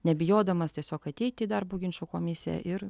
nebijodamas tiesiog ateiti į darbo ginčų komisiją ir